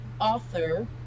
author